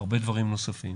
הרבה דברים נוספים.